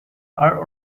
are